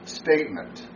statement